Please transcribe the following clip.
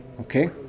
Okay